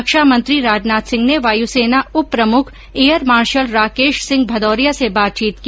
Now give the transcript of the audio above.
रक्षा मंत्री राजनाथ सिंह ने वायुसेना उप प्रमुख एयर मार्शल राकेश सिंह भदौरिया से बातचीत की